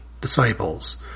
disciples